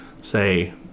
say